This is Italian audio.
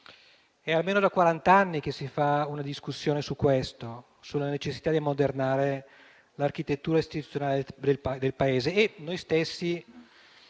è almeno da quarant'anni che si fa una discussione su questo, sulla necessità di ammodernare l'architettura istituzionale del Paese. Noi stessi